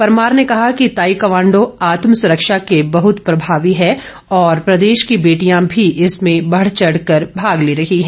परमार ने कहा कि ताईक्वांडो आत्म सुरक्षा के बहुत प्रभावी है और प्रदेश की बेटियां भी इसमें बढ़चढ़ कर भाग ले रही हैं